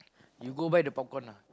you go buy the popcorn lah